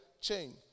chain